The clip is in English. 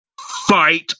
Fight